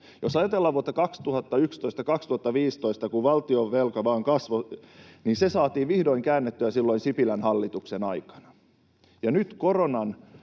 Jos ajatellaan vuosia 2011 ja 2015, kun valtionvelka vain kasvoi, niin se saatiin vihdoin käännettyä silloin Sipilän hallituksen aikana. Ja nyt koronan